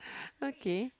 okay